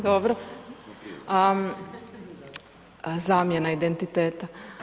Dobro, a zamjena identiteta.